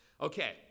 okay